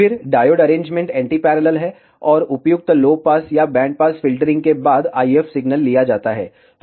फिर diode arrangement anti parallel है और उपयुक्त लो पास या बैंड पास फ़िल्टरिंग के बाद IF सिग्नल लिया जाता है